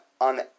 on